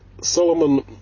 Solomon